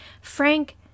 Frank